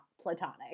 platonic